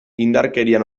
indarkerian